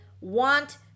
want